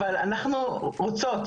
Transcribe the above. אבל אנחנו רוצות,